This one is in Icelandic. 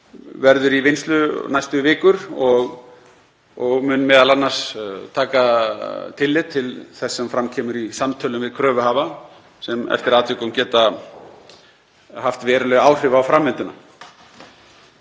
verður í vinnslu næstu vikur og mun m.a. taka tillit til þess sem fram kemur í samtölum við kröfuhafa sem eftir atvikum geta haft veruleg áhrif á framvinduna.